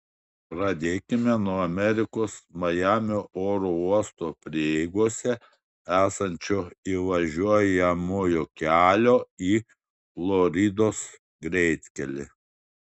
pradėkime nuo amerikos majamio oro uostų prieigose esančio įvažiuojamojo kelio į floridos greitkelį